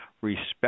respect